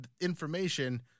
information